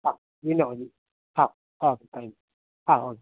ആ പിന്നെ മതി ആ ആ താങ്ക് യു ആ ഓക്കെ